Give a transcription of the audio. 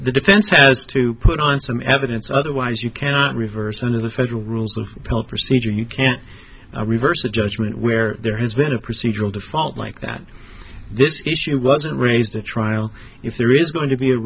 the defense has to put on some evidence otherwise you cannot reverse under the federal rules of hell procedure and you can't reverse a judgement where there has been a procedural default like that this issue wasn't raised at trial if there is going to be a